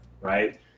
right